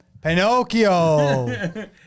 Pinocchio